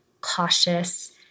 cautious